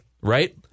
Right